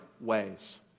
ways